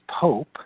Pope